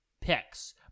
picks